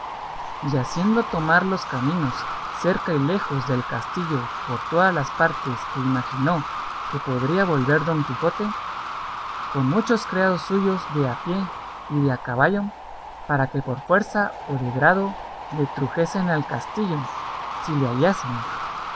y haciendo tomar los caminos cerca y lejos del castillo por todas las partes que imaginó que podría volver don quijote con muchos criados suyos de a pie y de a caballo para que por fuerza o de grado le trujesen al castillo si le